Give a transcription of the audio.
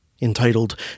entitled